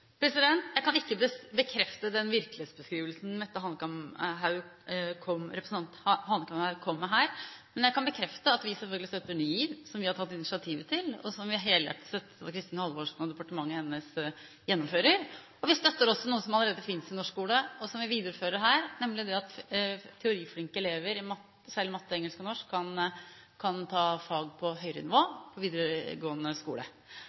Jeg kan ikke bekrefte den virkelighetsbeskrivelsen representanten Hanekamhaug kom med her, men jeg kan bekrefte at vi selvfølgelig støtter Ny GIV, som vi har tatt initiativet til, som er helhjertet støttet av Kristin Halvorsen, og som departementet hennes gjennomfører. Vi støtter også noe som allerede finnes i norsk skole, og som vi viderefører her, nemlig at teoriflinke elever – særlig i matte, engelsk og norsk – kan ta fag på høyere nivå på videregående skole.